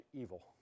evil